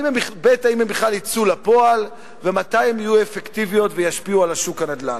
אם הן בכלל יצאו לפועל ומתי הן יהיו אפקטיביות וישפיעו על שוק הנדל"ן.